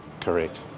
Correct